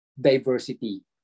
diversity